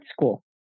school